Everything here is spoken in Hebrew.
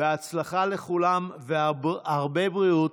בהצלחה לכולם והרבה בריאות.